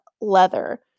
leather